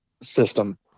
system